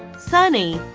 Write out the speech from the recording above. sunny